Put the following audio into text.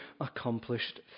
accomplished